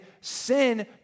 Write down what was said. sin